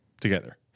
together